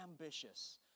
ambitious